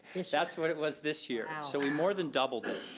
that's what it was this year. and so we more than doubled it.